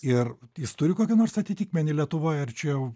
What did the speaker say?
ir jis turi kokią nors atitikmenį lietuvoje ar čia jau